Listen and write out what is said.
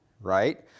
right